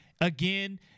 again